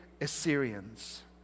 Assyrians